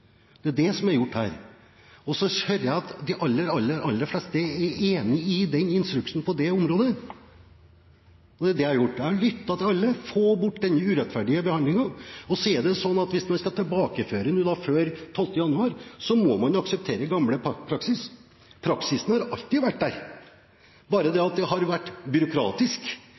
Det er det som er gjort her. Så hører jeg at de aller, aller fleste er enig i den instruksen på det området. Det er det jeg har gjort – jeg har lyttet til alle som sier: Få bort denne urettferdige behandlingen. Og hvis man nå skal tilbakeføre til før 12. januar, må man akseptere gammel praksis. Praksisen har alltid vært der, det er bare det at den har vært byråkratisk,